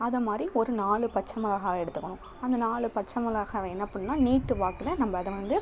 அதை மாதிரி ஒரு நாலு பச்சை மிளகா எடுத்துக்கணும் அந்த நாலு பச்சை மிளகாவ என்ன பண்ணுன்னா நீட்டு வாக்கில் நம்ப அதை வந்து